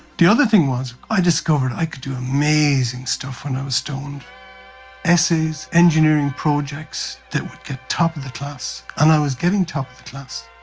the other thing was i discovered i could do amazing stuff when i was stoned essays, engineering projects that would get top of the class, and i was getting top of the class.